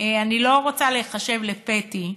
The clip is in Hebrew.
אני לא רוצה להיחשב לפתי,